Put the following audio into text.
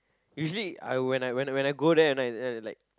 usually I when I when I go there at night and then like